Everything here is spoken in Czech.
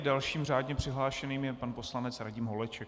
Dalším řádně přihlášeným je pan poslanec Radim Holeček.